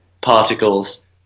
particles